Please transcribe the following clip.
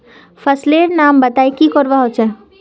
फसल लेर नाम बता की करवा होचे?